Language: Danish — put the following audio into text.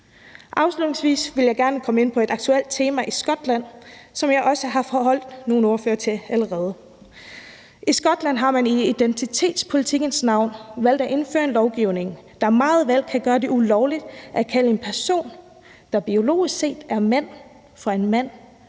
Afslutningsvis vil jeg gerne komme ind på et aktuelt tema i Skotland, som jeg også allerede har foreholdt nogle ordførere. I Skotland har man i identitetspolitikkens navn valgt at indføre en lovgivning, der meget vel kan gøre det ulovligt at kalde en person, der biologisk set er en mand, for en mand,